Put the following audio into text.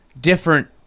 different